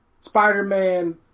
Spider-Man